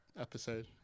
episode